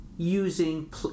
Using